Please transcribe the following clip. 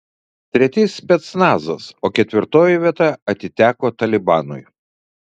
treti specnazas o ketvirtoji vieta atiteko talibanui